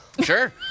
Sure